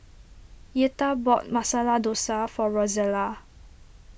Yetta bought Masala Dosa for Rozella